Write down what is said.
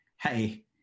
Hey